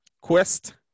Quest